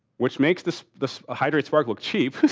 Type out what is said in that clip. which makes this the hydrate spark look cheap,